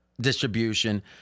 distribution